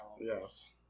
Yes